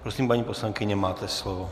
Prosím, paní poslankyně, máte slovo.